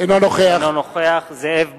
אינו נוכח זאב בוים,